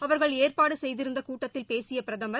அவர்கள் ஏற்பாடு செய்திருந்த கூட்டத்தில் பேசிய பிரதமர்